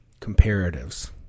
comparatives